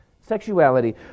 Sexuality